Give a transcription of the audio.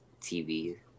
TV